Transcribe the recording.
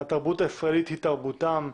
התרבות הישראלית היא תרבותם,